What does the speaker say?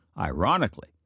Ironically